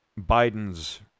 Biden's